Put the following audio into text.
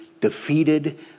defeated